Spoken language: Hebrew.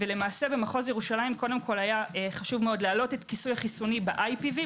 במחוז ירושלים היה חשוב מאוד להעלות את כיסוי החיסוני ב-IPV,